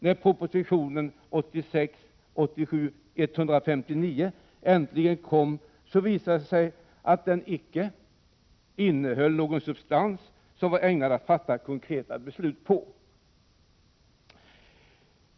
När proposition 1986/87:159 äntligen kom, visade det sig att den icke innehöll någon substans som var lämpad att fatta konkreta beslut på.